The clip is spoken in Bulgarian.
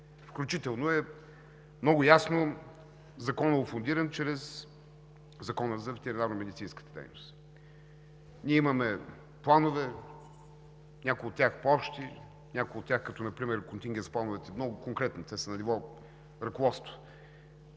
включително е много ясно законово фундиран чрез Закона за ветеринарномедицинската дейност. Ние имаме планове, някои от тях – по-общи, някои от тях, като например контингенс плановете – много конкретни, те са на ниво ръководство,